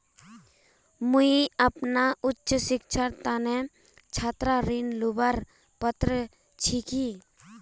मुई अपना उच्च शिक्षार तने छात्र ऋण लुबार पत्र छि कि?